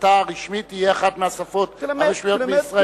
שפתה הרשמית תהיה אחת מהשפות הרשמיות בישראל.